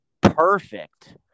perfect